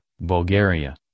Bulgaria